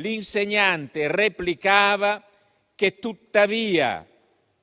l'insegnante replicava tuttavia,